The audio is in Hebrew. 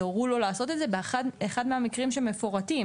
ויורו לו לעשות את זה באחד מהמקרים שמפורטים.